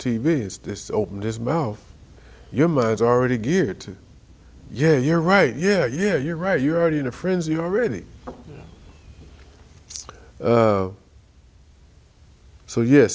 v it's just opened his mouth your mind is already geared to yeah you're right yeah yeah you're right you're already in a frenzy already so ye